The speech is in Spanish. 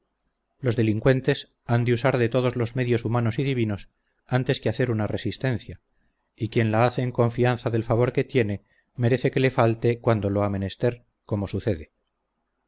los delincuentes han de usar de todos los medios humanos y divinos antes que hacer una resistencia y quien la hace en confianza del favor que tiene merece que le falte cuando lo ha menester como sucede